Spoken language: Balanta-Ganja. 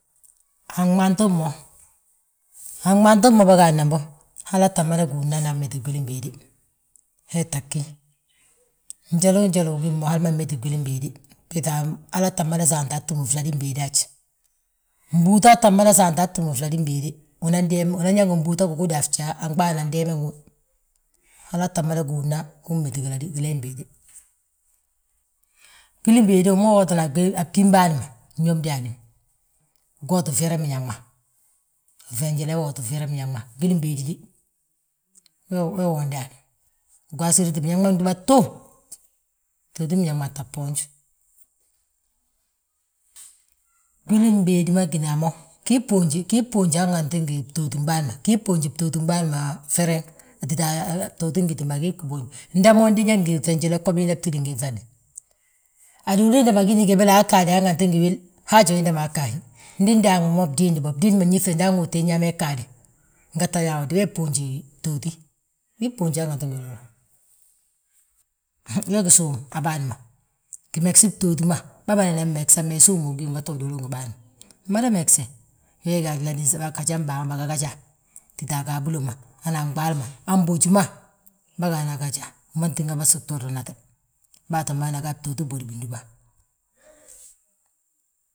A gmanto mo, a gmanto mo bâgaana mbo, halaa tta mada gúudna hana méti gwilim béede. Hee tta ggí, njaloo njali ugí mo hali ma mméti gwilim béede, halaa tta mada saanta atúm fladím béede haj. Mbúutaa tta mada saante aa ttúm fladím béede, unan ñaa mbúuta gigudi a fjaa anɓaana anyaana ndeeme wi. Halaa tta mada gúudna améti gileem béede. Gwilim béede wi ma wi wootinan a bgím bâan ma wi ñób ndaani, wi wooti fyerem biñaŋ ma. Uŧiinjile wooti fyerem biñaŋ ma gwilim béede de, gwaasiriti biñaŋ ma bindúbatu. Btootim bñaŋ maa tta bboonj, gwilim béedi ma gína a mo, gii bboonji gwil btooti, gii bboonji tootim bâan ma fereŋ. Tita bton gitim bâan wii tu boonji bgo biinda gtídi ingíŧande, aduulu hiinda ma gíni gébele aa ggaadi ganti ngi wil, haajo wiinda ma gga a hí. Ndi ndaangima mo a bdiindi bo, bdiindi ma myíŧte nda aŋóote inyaama ii ggaade, ngette habe, bboonji btooti, wii bboonji hanganti ngi nduulu. We gí súm a bâan ma gimesi btooti ma, bâmadana wi megesa bari suumu ugíw, ngette uduulu wi ngi bâan. Wi mada megese, we ga a ggajam baa ma, baga gaja. Tita a gaabilo ma hana nɓaali ma, han boji ma, bâgana gaja, wiman tígana, bâsugturinate. Bâa ttim madana ga a btooti bwoda bindúba.